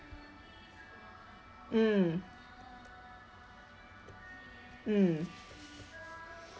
mm mm